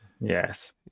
Yes